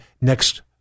next